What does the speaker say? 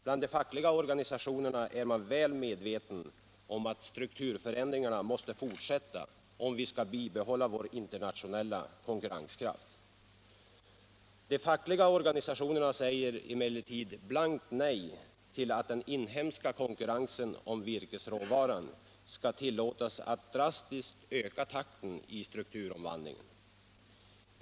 Bland de fackliga organisationerna är man väl medveten om att strukturförändringarna måste fortsätta om vi skall bibehålla vår internationella konkurrenskraft. De fackliga organisationerna säger emellertid blankt nej till att den inhemska konkurrensen om virkesråvaran skall tillåtas att drastiskt öka takten i strukturomvandlingen.